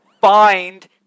find